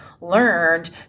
learned